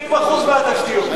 20% מהתשתיות.